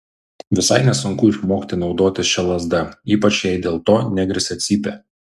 visai nesunku išmokti naudotis šia lazda ypač jei dėl to negresia cypė